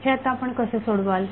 हे आता आपण कसे सोडवाल